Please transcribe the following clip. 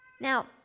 Now